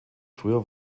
früher